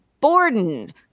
Borden